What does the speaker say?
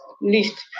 list